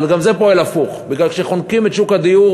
אבל גם זה פועל הפוך, כי חונקים את שוק הדיור.